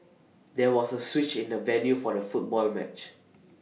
there was A switch in the venue for the football match